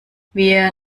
wir